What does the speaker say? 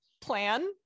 plan